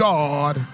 God